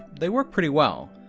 they work pretty well.